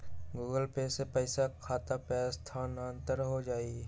Google Pay से पईसा खाता पर स्थानानंतर हो जतई?